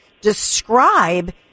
describe